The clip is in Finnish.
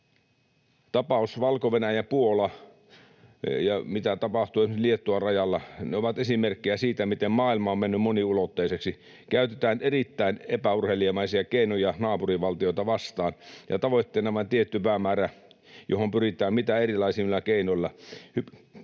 Tapaus Valko-Venäjä, Puola ja se, mitä tapahtuu esimerkiksi Liettuan rajalla, ovat esimerkkejä siitä, miten maailma on mennyt moniulotteiseksi — käytetään erittäin epäurheilijamaisia keinoja naapurivaltioita vastaan, tavoitteena tietty päämäärä, johon pyritään mitä erilaisimmilla keinoilla.